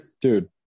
Dude